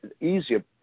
easier